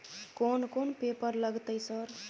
कोन कौन पेपर लगतै सर?